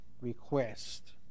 request